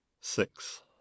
Six